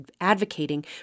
advocating